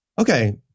Okay